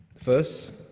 First